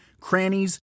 crannies